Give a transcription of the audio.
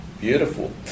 Beautiful